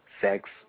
sex